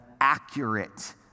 accurate